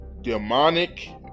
demonic